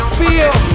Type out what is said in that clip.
feel